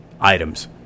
items